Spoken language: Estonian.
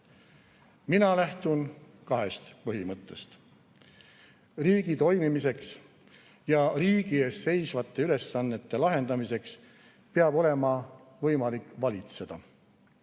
lähtun kahest põhimõttest. Riigi toimimiseks ja riigi ees seisvate ülesannete lahendamiseks peab olema võimalik valitseda,